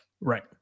Right